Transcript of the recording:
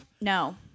No